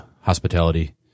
hospitality